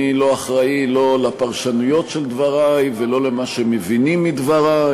אני לא אחראי לא לפרשנויות של דברי ולא למה שמבינים מדברי.